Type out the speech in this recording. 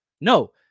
No